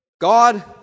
God